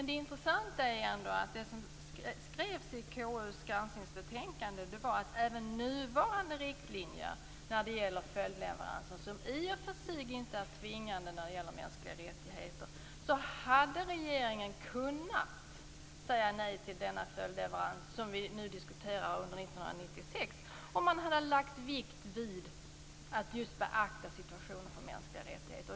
Det intressanta är att KU i sitt granskningsbetänkande skrev att även med nuvarande riktlinjer när det gäller följdleveranser, som i och för sig inte är tvingande när det gäller mänskliga rättigheter, hade regeringen kunnat säga nej till den följdleverans för 1996 som vi nu diskuterar om man hade beaktat situationen för mänskliga rättigheter.